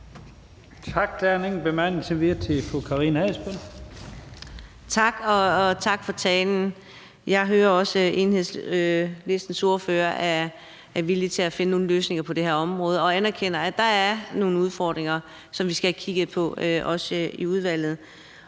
Fru Karina Adsbøl. Kl. 15:45 Karina Adsbøl (DD): Tak, og tak for talen. Jeg hører også Enhedslistens ordfører sige, at hun er villig til at finde nogle løsninger på det område, og anerkende, at der er nogle udfordringer, som vi skal have kigget på også i udvalget.